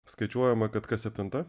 skaičiuojama kad kas septinta